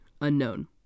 Unknown